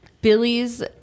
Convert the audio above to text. Billy's